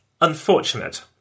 unfortunate